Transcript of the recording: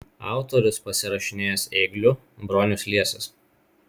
autorius pasirašinėjęs ėgliu bronius liesis